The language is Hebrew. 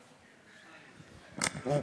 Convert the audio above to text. תודה.